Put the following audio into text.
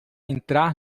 entrar